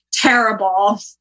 terrible